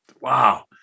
Wow